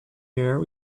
year